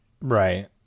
Right